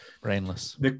brainless